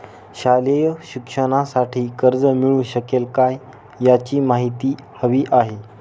शालेय शिक्षणासाठी कर्ज मिळू शकेल काय? याची माहिती हवी आहे